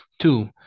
Two